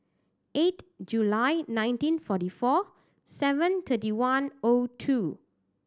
eight July nineteen forty four seven thirty one O two